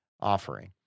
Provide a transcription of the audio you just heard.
offering